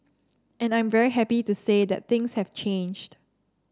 and I'm very happy to say that things have changed